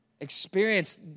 experience